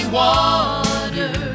water